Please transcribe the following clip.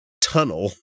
tunnel